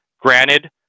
Granted